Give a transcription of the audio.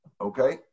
okay